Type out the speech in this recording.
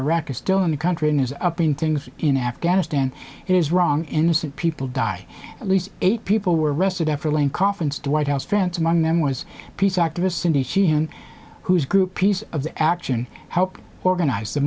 iraq is still in the country and is up in things in afghanistan it is wrong innocent people die at least eight people were arrested after laying coffins the white house fence among them was peace activist cindy sheehan whose group piece of the action helped organize the